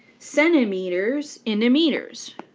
centimeters into meters,